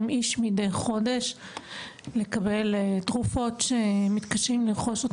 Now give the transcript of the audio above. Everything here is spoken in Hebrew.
איש מדי חודש לקבל תרופות שמתקשים לרכוש.